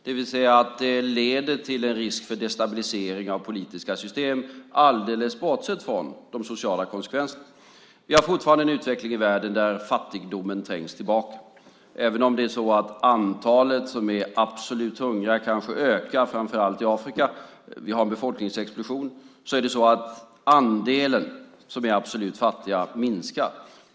De leder till en risk för destabilisering av politiska system - alldeles bortsett från de sociala konsekvenserna. Vi har fortfarande en utveckling i världen där fattigdomen trängs tillbaka. Även om antalet som är absolut hungriga kanske ökar, framför allt i Afrika, vi har en befolkningsexplosion, är det så att andelen som är absolut fattiga minskar.